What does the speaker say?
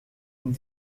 een